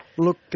Look